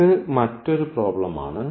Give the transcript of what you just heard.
ഇത് മറ്റൊരു പ്രോബ്ളമാണ്